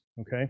okay